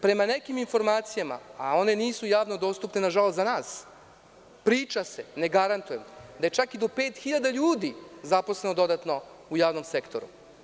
Prema nekim informacijama, a one nisu javno dostupne, nažalost za nas, priča se, ne garantujem, da je čak i do 5.000 ljudi zaposleno dodatno u javnom sektoru.